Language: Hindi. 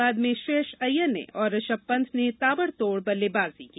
बाद में श्रेयस अय्यर ने और ऋषभ पंत ने ताबड़ तोड़ बल्लेबाजी की